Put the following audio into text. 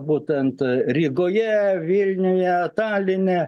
būtent rygoje vilniuje taline